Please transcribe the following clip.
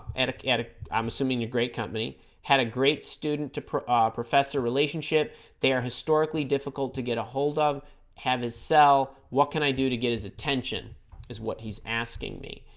at akattak i'm assuming a great company had a great student to professor relationship they are historically difficult to get a hold of have his cell what can i do to get his attention is what he's asking me